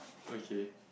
okay